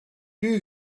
you